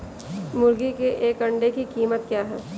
मुर्गी के एक अंडे की कीमत क्या है?